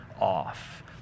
off